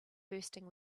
bursting